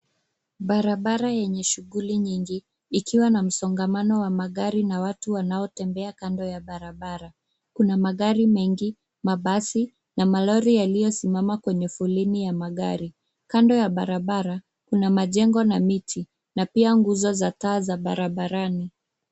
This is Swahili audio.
Barabara yenye shughuli nyingi, ikiwa na msongamano wa magari na watu wanaotembea kando ya barabara. Kuna magari mengi, mabasi, na malori yaliyo simama kwenye foleni ya magari. Kando ya barabara kuna majengo na miti, na pia nguzo za taa za barabarani.